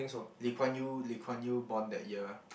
Lee Kuan Yew Lee Kuan Yew born that year